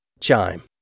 Chime